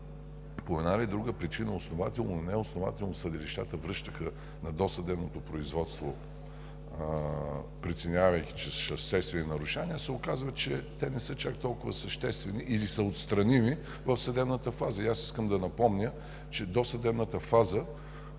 по една или друга причина, основателно или неоснователно, съдилищата връщаха на досъдебното производство, преценявайки, че са съществени нарушенията, а пък се оказва, че те не са чак толкова съществени или са отстраними в съдебната фаза. Аз искам да напомня, че досъдебната фаза,